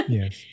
Yes